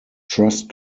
trust